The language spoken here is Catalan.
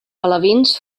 alevins